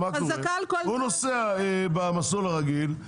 הוא נוסע במסלול הרגיל,